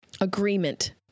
agreement